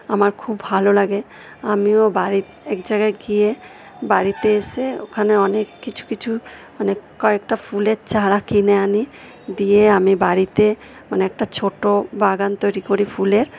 আমার খুব ভালো লাগে আমিও বাড়ির এক জায়গায় গিয়ে বাড়িতে এসে ওখানে অনেক কিছু কিছু মানে কয়েকটা ফুলের চারা কিনে আনি দিয়ে আমি বাড়িতে মানে একটা ছোটো বাগান তৈরি করি ফুলের